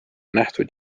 nähtud